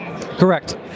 Correct